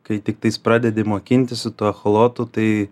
kai tiktais pradedi mokintis su tuo echolotu tai